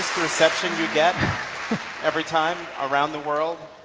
reception you get every time around the world?